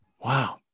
Wow